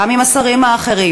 גם עם השרים האחרים,